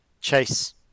Chase